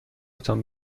تان